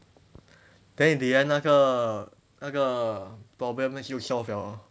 then in the end 那个那个 problem 就 solved liao lor